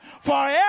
forever